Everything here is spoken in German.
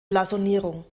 blasonierung